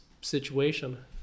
situation